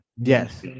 Yes